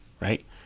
right